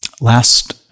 last